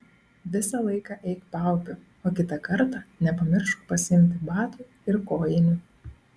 visą laiką eik paupiu o kitą kartą nepamiršk pasiimti batų ir kojinių